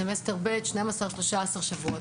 סמסטר ב' 12-13 שבועות,